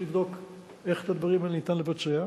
לבדוק איך את הדברים האלה ניתן לבצע.